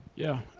yeah,